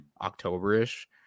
october-ish